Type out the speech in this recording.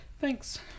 Thanks